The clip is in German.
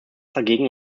dagegen